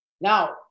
Now